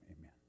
amen